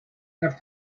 have